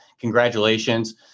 congratulations